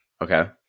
Okay